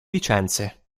licenze